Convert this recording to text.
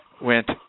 went